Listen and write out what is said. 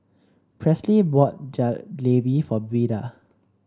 Presley bought Jalebi for Beda